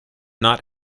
not